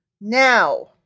Now